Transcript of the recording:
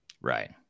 Right